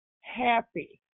happy